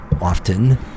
often